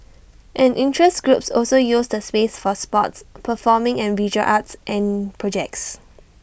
and interest groups also use the space for sports performing and visual arts and projects